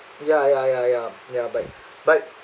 ya ya ya ya but but